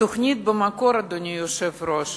התוכנית במקור, אדוני היושב-ראש